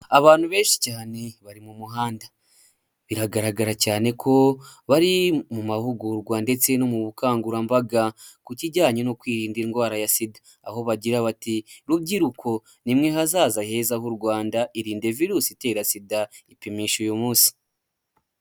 Abantu benshi cyane bari mu muhanda biragaragara cyane ko bari mu mahugurwa ndetse no mu bukangurambaga ku kijyanye no kwirinda indwara ya sida, aho bagira bati rubyiruko nimwe hazaza heza h'u Rwanda irinde virusi itera sida ipimishe uyu munsi.